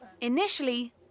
Initially